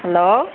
hello